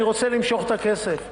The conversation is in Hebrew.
אני רוצה למשוך את הכסף,